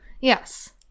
Yes